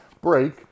break